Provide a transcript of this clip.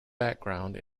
background